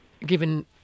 given